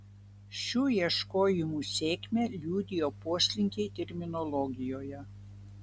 šių ieškojimų sėkmę liudijo poslinkiai terminologijoje